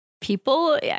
people